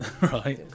Right